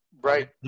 right